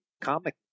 comic